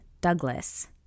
Douglas